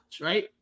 right